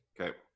Okay